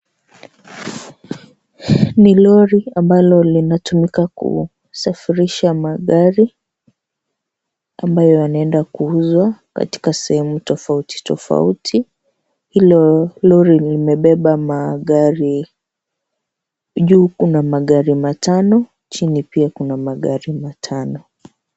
Ni lorry ambalo linatumika kusafirisha magari ambayo yanaenda kuuzwa katika sehemu tofauti tofauti, hilo lorry limebeba magari juu Kuna magari matano na chini pia Kuna magari matano.